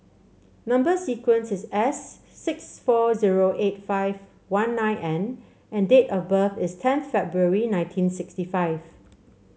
number sequence is S six four zero eight five one nine N and date of birth is ten February nineteen sixty five